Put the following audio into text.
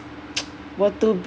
were to